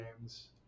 games